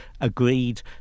agreed